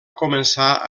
començar